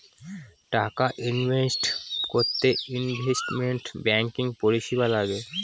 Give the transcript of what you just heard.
টাকা ইনভেস্ট করতে investment banking পরিষেবা লাগে